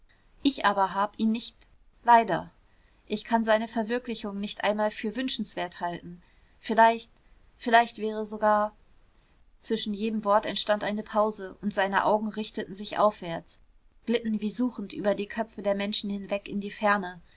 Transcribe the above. ich aber hab ihn nicht leider ich kann seine verwirklichung nicht einmal für wünschenswert halten vielleicht vielleicht wäre sogar zwischen jedem wort entstand eine pause und seine augen richteten sich aufwärts glitten wie suchend über die köpfe der menschen hinweg in die ferne